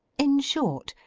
in short,